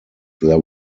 there